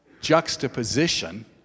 juxtaposition